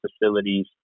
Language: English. facilities